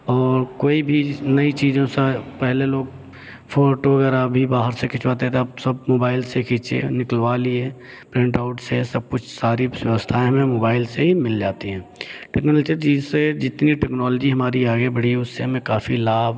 और कोई भी नई चीज़ों से पहले लोग फोटो वगैरह भी बाहर से खिंचवाते थे अब सब मोबाइल से खींची लिए निकलवा लिए प्रिंटआउट से सब कुछ सारी व्यवस्थाएं हमें मोबाइल से ही मिल जाती हैं लेकिन जो है जैसे जितनी टेक्नोलॉजी हमारी आगे बढ़ी उससे हमें काफ़ी लाभ